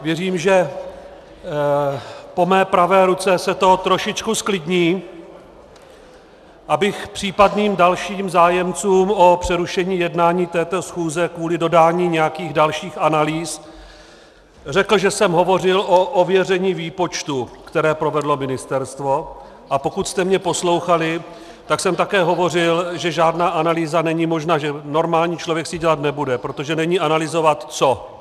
Věřím, že po mé pravé ruce se to trošičku zklidní, abych případným dalším zájemcům o přerušení jednání této schůze kvůli dodání nějakých dalších analýz řekl, že jsem hovořil o ověření výpočtů, které provedlo ministerstvo, a pokud jste mě poslouchali, tak jsem také hovořil o tom, že žádná analýza není možná, že normální člověk si ji dělat nebude, protože není analyzovat co.